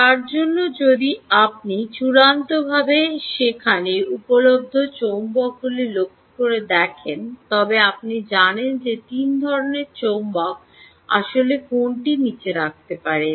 তার জন্য যদি আপনি চূড়ান্তভাবে সেখানে উপলব্ধ চৌম্বকগুলি লক্ষ্য করে দেখেন তবে আপনি জানেন যে 3 ধরণের চৌম্বক আসলে কোনটি নিচে রাখতে পারে